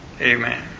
Amen